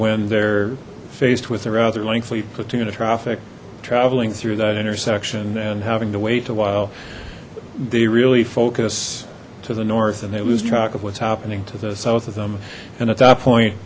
when they're faced with the rather lengthy platina traffic traveling through that intersection and having to wait a while they really focus to the north and they lose track of what's happening to the south of them and at that point